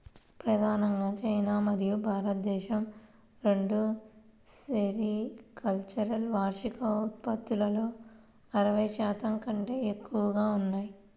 ప్రధానంగా చైనా మరియు భారతదేశం రెండూ సెరికల్చర్ వార్షిక ఉత్పత్తిలో అరవై శాతం కంటే ఎక్కువగా ఉన్నాయి